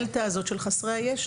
חשוב להדגיש שלדלתא הזאת של חסרי הישע,